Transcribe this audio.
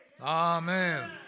Amen